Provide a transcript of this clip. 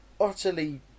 utterly